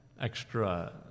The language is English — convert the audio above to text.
extra